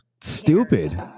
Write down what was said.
stupid